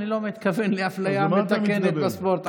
אני לא מתכוון לאפליה מתקנת בספורט,